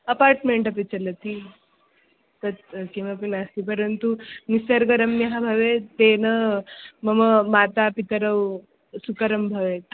apartment अपि चलति तत् किमपि नास्ति परन्तु निसर्गरम्यः भवेत् तेन मम मातापितरौ सुकरं भवेत्